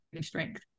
strength